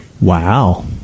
Wow